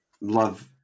love